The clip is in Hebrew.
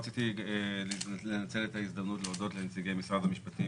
רציתי לנצל את ההזדמנות להודות לנציגי משרד המשפטים